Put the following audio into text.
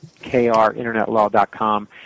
krinternetlaw.com